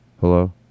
Hello